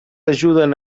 ajuden